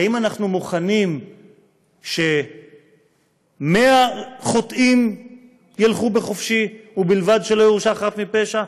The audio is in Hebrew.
האם אנחנו מוכנים ש-100 חוטאים ילכו חופשי ובלבד שלא יורשע חף מפשע,